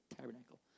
tabernacle